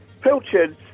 Pilchard's